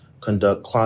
conduct